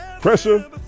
Pressure